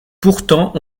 pourtant